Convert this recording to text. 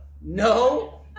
No